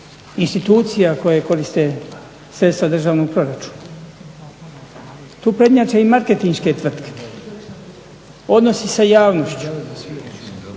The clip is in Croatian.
institucija koje koriste sredstva državnog proračuna. Tu prednjače i marketinške tvrtke, odnosi sa javnošću.